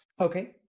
okay